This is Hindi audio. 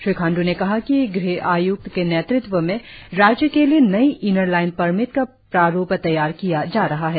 श्री खांड्र ने कहा कि ग़ह आय्क्त के नेतृत्व में राज्य के लिए नई इनर लाइन परमिट का प्रारुप तैयार किया जा रहा है